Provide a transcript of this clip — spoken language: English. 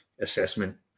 assessment